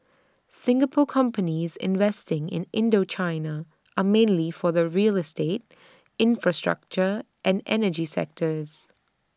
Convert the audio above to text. Singapore companies investing in Indochina are mainly from the real estate infrastructure and energy sectors